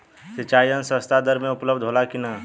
सिंचाई यंत्र सस्ता दर में उपलब्ध होला कि न?